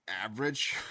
average